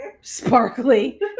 sparkly